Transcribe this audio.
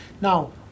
now